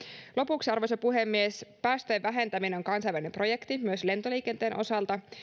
lopuksi arvoisa puhemies päästöjen vähentäminen on kansainvälinen projekti myös lentoliikenteen osalta